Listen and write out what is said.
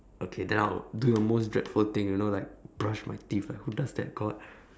okay then I will do the most dreadful thing you know like brush my teeth like who does that god